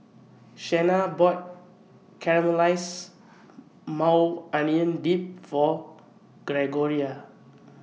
Shenna bought Caramelized Maui Onion Dip For Gregoria